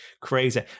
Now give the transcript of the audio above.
crazy